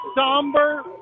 somber